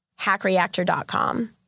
HackReactor.com